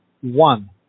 one